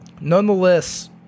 nonetheless